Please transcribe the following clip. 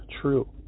true